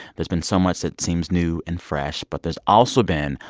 there's been so much that seems new and fresh. but there's also been,